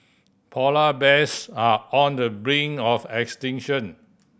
polar bears are on the brink of extinction